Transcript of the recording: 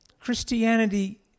Christianity